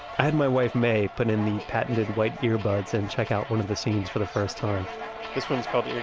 i had my wife mae put on the patented white earbuds and check out one of the scenes for the first time this one's called